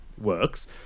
works